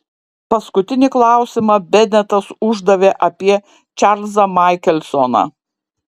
paskutinį klausimą benetas uždavė apie čarlzą maikelsoną